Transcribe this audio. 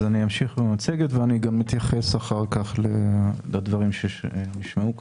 אני אמשיך במצגת ואני גם אתייחס אחר כך לדברים שנשמעו כאן.